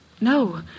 No